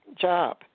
job